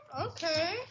okay